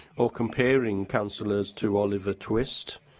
ah comparing councillors to oliver twist.